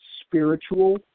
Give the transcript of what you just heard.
spiritual